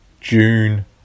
June